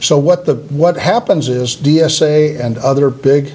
so what the what happens is d s a and other big